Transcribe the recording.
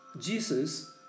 Jesus